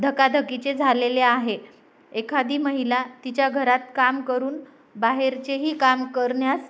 धकाधकीचे झालेले आहे एखादी महिला तिच्या घरात काम करून बाहेरचेही काम करण्यास